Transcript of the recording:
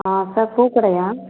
ஆ sir book கடையாக